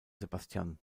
sebastián